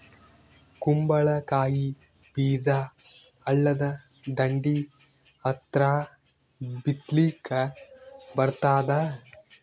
ಕುಂಬಳಕಾಯಿ ಬೀಜ ಹಳ್ಳದ ದಂಡಿ ಹತ್ರಾ ಬಿತ್ಲಿಕ ಬರತಾದ?